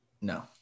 No